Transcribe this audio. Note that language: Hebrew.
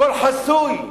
הכול חסוי,